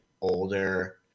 older